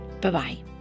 Bye-bye